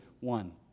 one